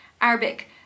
Arabic